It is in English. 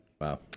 wow